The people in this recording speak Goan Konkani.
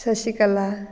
शशिकला